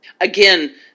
again